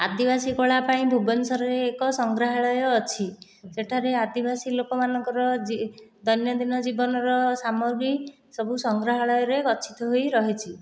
ଆଦିବାସୀ କଳା ପାଇଁ ଭୁବନେଶ୍ୱର ରେ ଏକ ସଂଗ୍ରହାଳୟ ଅଛି ସେଠାରେ ଆଦିବାସୀ ଲୋକମାନଙ୍କର ଦୈନନ୍ଦିନ ଜୀବନର ସାମଗ୍ରୀ ସବୁ ସଂଗ୍ରହାଳୟରେ ଗଛିତ ହୋଇ ରହିଛି